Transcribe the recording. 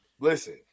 listen